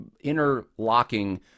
interlocking